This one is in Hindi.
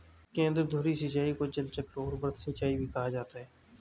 केंद्रधुरी सिंचाई को जलचक्र और वृत्त सिंचाई भी कहा जाता है